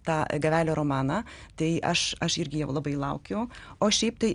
tą gavelio romaną tai aš aš irgi jau labai laukiu o šiaip tai